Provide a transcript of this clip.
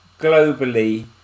globally